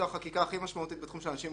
זו החקיקה הכי משמעותית בתחום של אנשים עם